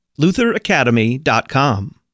lutheracademy.com